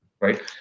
right